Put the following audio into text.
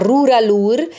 Ruralur